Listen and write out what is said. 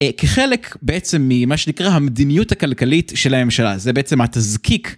כחלק בעצם ממה שנקרא המדיניות הכלכלית של הממשלה זה בעצם התזקיק.